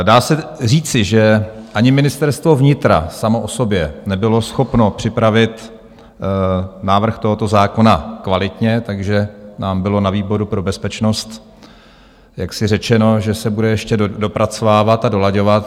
Dá se říci, že ani Ministerstvo vnitra samo o sobě nebylo schopno připravit návrh tohoto zákona kvalitně, takže nám bylo na výboru pro bezpečnost řečeno, že se bude ještě dopracovávat a dolaďovat.